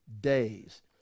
days